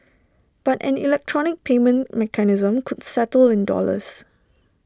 but an electronic payment mechanism could settle in dollars